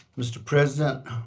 mr. president,